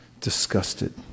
disgusted